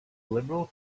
liberal